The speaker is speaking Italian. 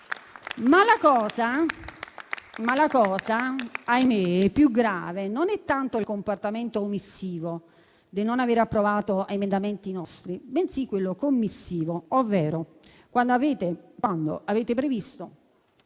Ma la cosa - ahimè - più grave non è tanto il comportamento omissivo di non avere approvato emendamenti nostri, bensì quello commissivo, ovvero quanto avete previsto